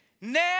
Now